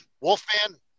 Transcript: Wolfman